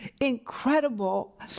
incredible